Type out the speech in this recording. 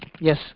yes